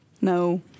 No